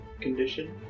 condition